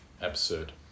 Absurd